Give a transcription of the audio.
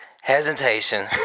hesitation